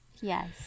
Yes